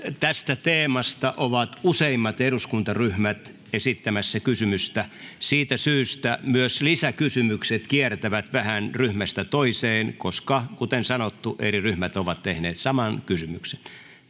tästä teemasta ovat useimmat eduskuntaryhmät esittämässä kysymystä siitä syystä myös lisäkysymykset kiertävät vähän ryhmästä toiseen koska kuten sanottu eri ryhmät ovat tehneet saman kysymyksen